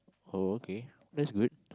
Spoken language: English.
oh okay that's good